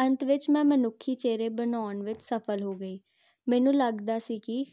ਅੰਤ ਵਿੱਚ ਮੈਂ ਮਨੁੱਖੀ ਚਿਹਰੇ ਬਣਾਉਣ ਵਿੱਚ ਸਫਲ ਹੋ ਗਈ ਮੈਨੂੰ ਲੱਗਦਾ ਸੀ ਕਿ